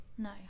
No